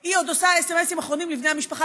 היא עוד עושה סמ"סים אחרונים לבני המשפחה,